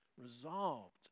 resolved